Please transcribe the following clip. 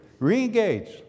Reengage